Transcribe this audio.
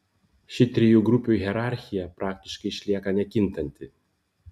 ši trijų grupių hierarchija praktiškai išlieka nekintanti